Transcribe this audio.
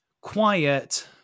quiet